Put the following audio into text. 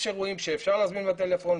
יש אירועים שאפשר להזמין בטלפון,